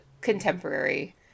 contemporary